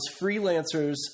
freelancers